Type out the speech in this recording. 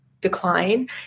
decline